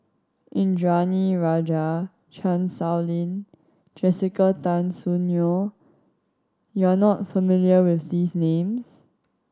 Indranee Rajah Chan Sow Lin Jessica Tan Soon Neo you are not familiar with these names